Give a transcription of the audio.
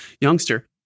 youngster